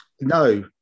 no